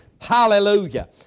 Hallelujah